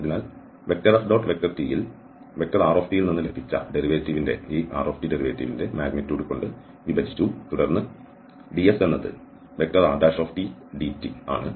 അതിനാൽ FT യിൽ rt യിൽ നിന്ന് ലഭിച്ച ഡെറിവേറ്റീവിനെ ഈ rt ഡെറിവേറ്റീവിന്റെ മാഗ്നിറ്റ്യൂഡ് കൊണ്ട് വിഭജിച്ചു തുടർന്ന് ds എന്നത് rdt ആണ്